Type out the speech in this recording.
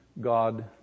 God